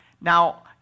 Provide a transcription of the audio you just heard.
Now